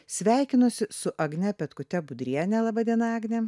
sveikinuosi su agne petkute budriene laba diena agne